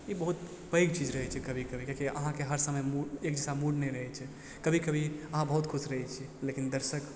ई बहुत पैघ चीज रहय छै कभी कभी किएक कि अहाँके हर समय मूड एक जैसा मूड नहि रहय छै कभी कभी अहाँ बहुत खुश रहय छी लेकिन दर्शक